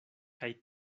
kaj